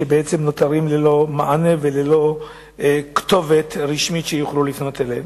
שבעצם נותרות ללא מענה וללא כתובת רשמית שיוכלו לפנות אליה?